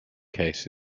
case